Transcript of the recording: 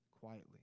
quietly